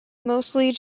mostly